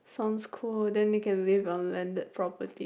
sounds cool then they can live on landed property